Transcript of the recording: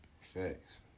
Facts